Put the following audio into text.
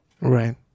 Right